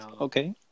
okay